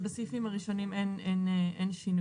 בסעיפים הראשונים אין שינויים.